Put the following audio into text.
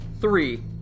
three